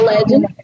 Legend